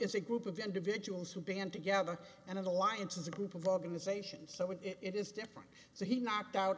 is a group of individuals who band together and an alliance is a group of organizations so it is different so he knocked out